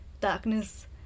darkness